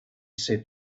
said